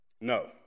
No